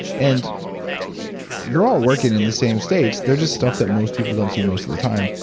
and you're all working in the same states. they're just stuff that most people don't see most of the time.